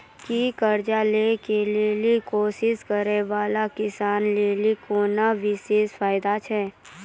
कि कर्जा लै के लेली कोशिश करै बाला किसानो लेली कोनो विशेष फायदा छै?